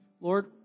Lord